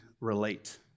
relate